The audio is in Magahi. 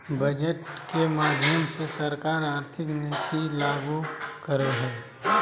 बजट के माध्यम से सरकार आर्थिक नीति लागू करो हय